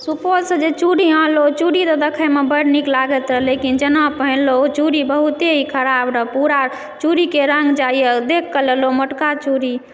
सुपौलसँ जे चूड़ी आनलहुँ ओ चूड़ी तऽ देखयमे बड्ड नीक लागैत रहय लेकिन जेना पहिनलहुँ ओ चूड़ी बहुते ही खराप रहय पूरा चूड़ीके रङ्ग जाइए देखकऽ लेलहुँ मोटका चूड़ी